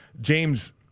James